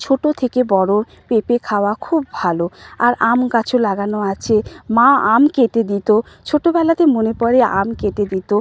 ছোটো থেকে বড় পেঁপে খাওয়া খুব ভালো আর আম গাছও লাগানো আছে মা আম কেটে দিত ছোটোবেলাতে মনে পড়ে আম কেটে দিত